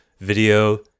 video